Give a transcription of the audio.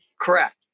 Correct